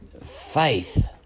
faith